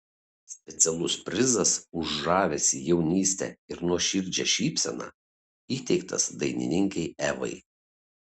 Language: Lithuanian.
specialus prizas už žavesį jaunystę ir nuoširdžią šypseną įteiktas dainininkei evai